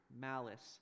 malice